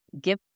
Give